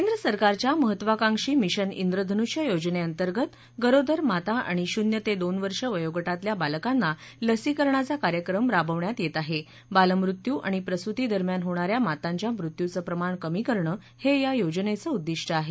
केंद्रसरकारच्या महत्वाकांक्षी मिशन विधनुष्य योजनेअंतर्गत गरोदर माता आणि शून्य ते दोन वर्ष वयोगटातल्या बालकांना लसीकरणाचा कार्यक्रम राबवण्यात येत आहे बालमृत्यू आणि प्रसुतीदरम्यान होणा या मातांच्या मृत्यूचं प्रमाण कमी करणं हे या योजनेचं उद्दिष्ट आहे